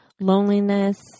loneliness